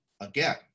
again